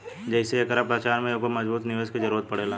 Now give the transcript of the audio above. जेइसे एकरा प्रचार में एगो मजबूत निवेस के जरुरत पड़ेला